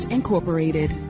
Incorporated